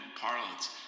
parlance